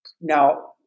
now